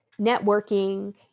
networking